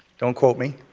don't quote me,